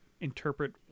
interpret